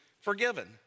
forgiven